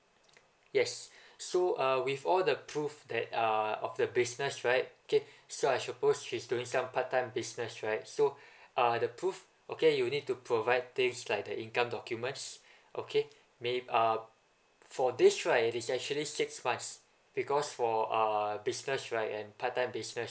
yes so uh with all the proof that uh of the business right okay so I suppose she's doing some part time business right so uh the proof okay you need to provide things like the income documents okay maybe uh for this right is actually six months because for uh business right and part time business